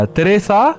Teresa